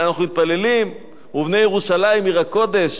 אלא אנחנו מתפללים: "ובנה ירושלים עיר הקודש",